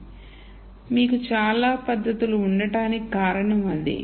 కాబట్టి మీకు చాలా పద్ధతులు ఉండటానికి కారణం అదే